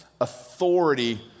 authority